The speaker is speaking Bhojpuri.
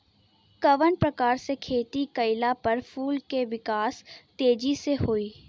कवना प्रकार से खेती कइला पर फूल के विकास तेजी से होयी?